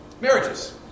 marriages